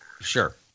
Sure